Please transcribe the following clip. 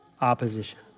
opposition